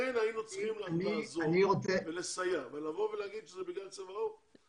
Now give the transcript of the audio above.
ולכן היינו צריכים לעזור ולסייע ולבוא ולהגיד שזה בגלל צבע עור,